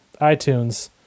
iTunes